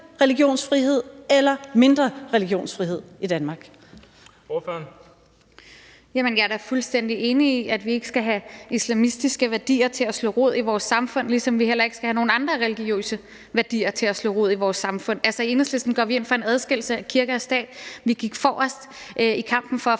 Bøgsted): Ordføreren. Kl. 12:41 Rosa Lund (EL): Jeg er da fuldstændig enig i, at vi ikke skal have islamistiske værdier til at slå rod i vores samfund, ligesom vi heller ikke skal have nogen andre religiøse værdier til at slå rod i vores samfund. I Enhedslisten går vi ind for en adskillelse af kirke og stat. Vi gik forrest i kampen for at